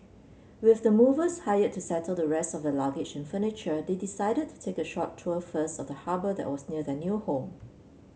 with the movers hired to settle the rest of their luggage and furniture they decided to take a short tour first of the harbour that was near their new home